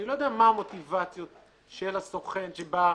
אני לא יודע מה המוטיבציות של הסוכן שבא.